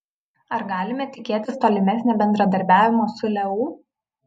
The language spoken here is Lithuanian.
ar galime tikėtis tolimesnio bendradarbiavimo su leu